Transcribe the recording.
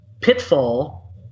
pitfall